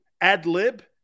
ad-lib